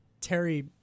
Terry